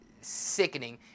sickening